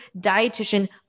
dietitian